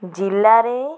ଜିଲ୍ଲାରେ